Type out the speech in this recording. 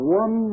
one